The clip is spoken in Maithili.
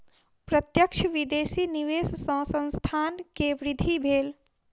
प्रत्यक्ष विदेशी निवेश सॅ संस्थान के वृद्धि भेल